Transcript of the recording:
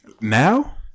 Now